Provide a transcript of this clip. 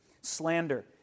Slander